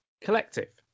Collective